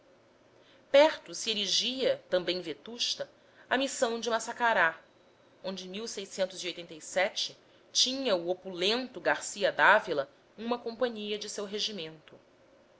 perto se erigia também vetusta a missão de maçacará onde tinha o opulento garcia dávila uma companhia de seu regimento